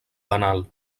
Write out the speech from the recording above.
penal